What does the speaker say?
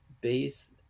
base